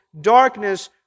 darkness